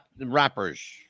rappers